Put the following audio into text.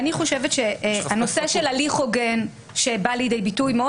אני חושבת שהנושא של הליך הוגן שבא לידי ביטוי מאוד